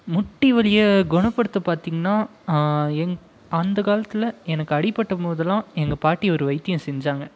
முட்டி வலியை குணப்படுத்த பார்த்திங்கன்னா என் அந்தகாலத்தில் எனக்கு அடிப்பட்ட மோதுலாம் எங்கள் பாட்டி ஒரு வைத்தியம் செஞ்சாங்க